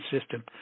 system